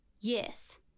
yes